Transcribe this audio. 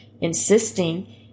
insisting